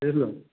तेलो